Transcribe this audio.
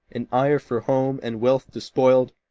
in ire for home and wealth despoiled,